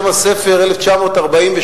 שם הספר "1948".